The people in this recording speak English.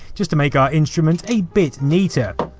just to make our instrument a bit neater.